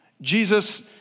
Jesus